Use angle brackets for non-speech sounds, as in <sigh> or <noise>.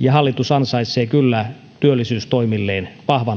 ja hallitus ansaitsee kyllä työllisyystoimilleen vahvan <unintelligible>